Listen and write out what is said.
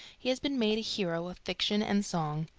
he has been made a hero of fiction and song.